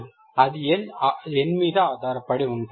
అది n మీద ఆధారపడి ఉంటుంది